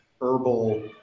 herbal –